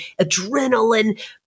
adrenaline